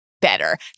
better